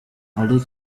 ali